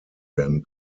werden